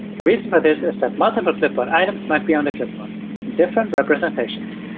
the reason for this is that multiple clipboard items might be on the clipboard in different representations.